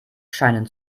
scheinen